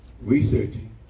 researching